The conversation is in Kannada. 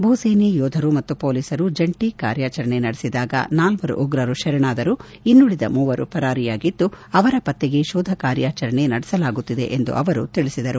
ಭೂಸೇನೆ ಯೋಧರು ಮತ್ತು ಪೊಲೀಸರು ಜಂಟಿ ಕಾರ್ಯಾಚರಣೆ ನಡೆಸಿದಾಗ ನಾಲ್ವರು ಉಗ್ರರು ಶರಣಾದರು ಇನ್ನುಳದ ಮೂವರು ಪರಾರಿಯಾಗಿದ್ದು ಅವರ ಪತ್ತೆಗೆ ಶೋಧ ಕಾರ್ಯಾಚರಣೆ ನಡೆಸಲಾಗುತ್ತಿದೆ ಎಂದು ಅವರು ತಿಳಿಸಿದರು